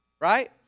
right